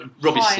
Robbie